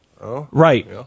Right